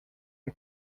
are